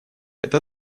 это